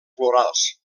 florals